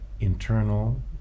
internal